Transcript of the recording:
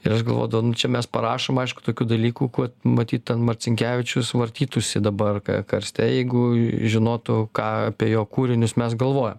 ir aš galvodavau nu čia mes parašom aišku tokių dalykų kad matyt ten marcinkevičius vartytųsi dabar karste jeigu žinotų ką apie jo kūrinius mes galvojam